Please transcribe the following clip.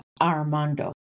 Armando